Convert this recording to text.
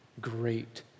great